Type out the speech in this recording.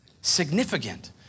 Significant